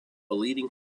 leading